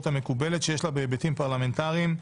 המקובלת שיש לה בהיבטים פרלמנטריים,